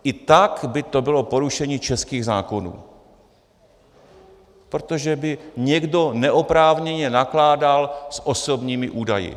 I tak by to bylo porušení českých zákonů, protože by někdo neoprávněně nakládal s osobními údaji.